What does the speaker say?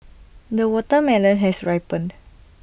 the watermelon has ripened